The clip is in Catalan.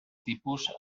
tipus